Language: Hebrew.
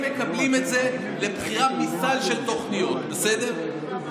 הם מקבלים את זה לבחירה מסל של תוכניות, בסדר?